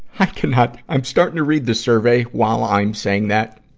i cannot, i'm starting to read this survey while i'm saying that,